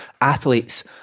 athletes